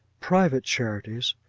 private charities,